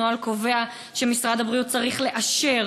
הנוהל קובע שמשרד הבריאות צריך לאשר